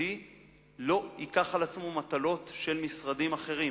בתקופתי לא ייקח על עצמו מטלות של משרדים אחרים.